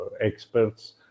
experts